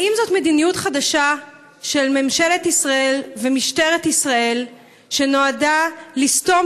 האם זו מדיניות חדשה של ממשלת ישראל ומשטרת ישראל שנועדה לסתום